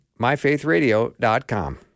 MyFaithRadio.com